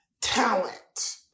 talent